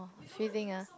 fusing ah